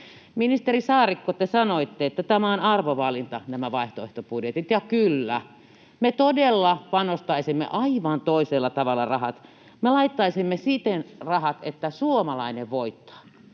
Ministeri Saarikko, te sanoitte, että nämä vaihtoehtobudjetit ovat arvovalintoja, ja kyllä, me todella panostaisimme aivan toisella tavalla rahat. Me laittaisimme rahat siten, että suomalainen voittaa.